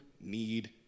need